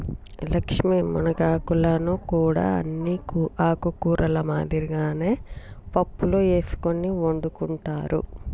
లక్ష్మీ మునగాకులను కూడా అన్ని ఆకుకూరల మాదిరిగానే పప్పులో ఎసుకొని వండుకుంటారు